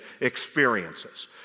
experiences